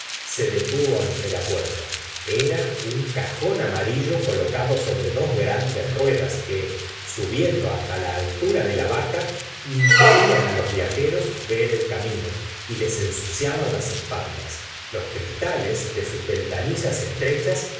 se detuvo ante la puerta era un cajón amarillo colocodo sobre dos grandes ruedas que subiendo hasta la altura de la vaca impedían los viajeros ver el camino y les ensuciaban las espaldas los cristales de sus ventanillas estrechas